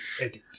edit